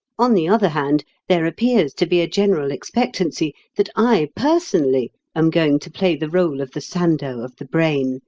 on the other hand, there appears to be a general expectancy that i personally am going to play the role of the sandow of the brain.